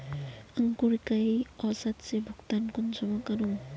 अंकूर कई औसत से भुगतान कुंसम करूम?